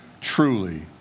truly